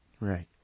Right